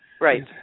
Right